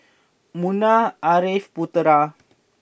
Munah Ariff Putera